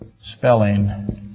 spelling